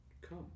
Come